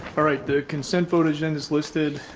all right. the consent photogenic is listed.